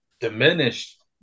diminished